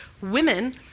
women